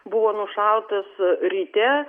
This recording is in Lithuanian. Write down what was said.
buvo nušautas ryte